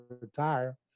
retire